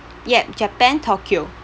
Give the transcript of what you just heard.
yup japan tokyo